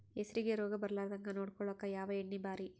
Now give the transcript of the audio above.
ಹೆಸರಿಗಿ ರೋಗ ಬರಲಾರದಂಗ ನೊಡಕೊಳುಕ ಯಾವ ಎಣ್ಣಿ ಭಾರಿ?